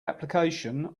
application